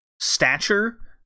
stature